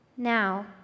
Now